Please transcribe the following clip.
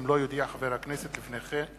אם לא יודיע חבר הכנסת לפני כן